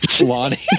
Lonnie